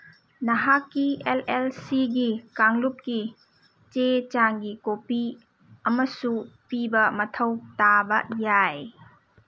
ꯅꯍꯥꯛꯀꯤ L L ꯁꯤꯒꯤ ꯀꯥꯡꯂꯨꯞꯀꯤ ꯆꯦ ꯆꯥꯡꯒꯤ ꯀꯣꯄꯤ ꯑꯃꯁꯨ ꯄꯤꯕ ꯃꯊꯧ ꯇꯥꯕ ꯌꯥꯏ